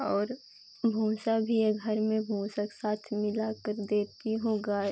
और भूंसा भी है घर में भूंसे के साथ मिलाकर देती हूँ गाय